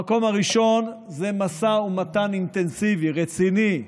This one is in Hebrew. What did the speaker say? המקום הראשון הוא משא ומתן אינטנסיבי, רציני,